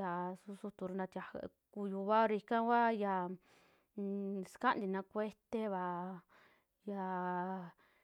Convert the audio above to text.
ya su sutura natia ku tuvao ra ikakua yaara nsikantina cueteva yaa.